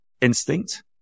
instinct